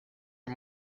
are